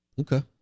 okay